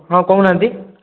ହଁ କହୁନାହାନ୍ତି